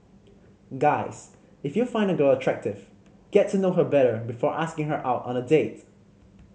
guys if you find a girl attractive get to know her better before asking her out on a date